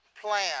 plan